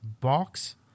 Box